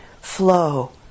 flow